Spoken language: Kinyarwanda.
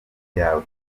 yawe